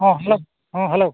ᱦᱮᱸ ᱦᱮᱞᱳ ᱦᱮᱸ ᱦᱮᱞᱳ